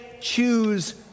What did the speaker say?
choose